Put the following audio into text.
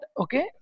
okay